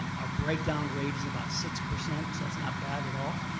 our break down rate is about six percent so that's not bad at all.